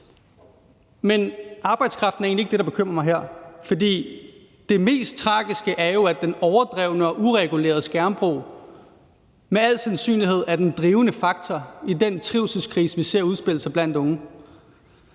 Men arbejdskraften er egentlig ikke det, der bekymrer mig her, for det mest tragiske er jo, at den overdrevne og uregulerede skærmbrug med al sandsynlighed er den drivende faktor i den trivselskrise, vi ser udspille sig blandt unge.